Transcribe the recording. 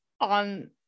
on